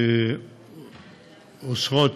שאוסרות